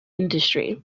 industry